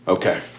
Okay